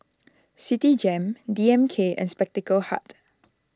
Citigem D M K and Spectacle Hut